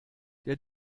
der